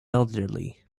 elderly